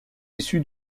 issu